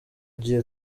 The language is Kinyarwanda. gihe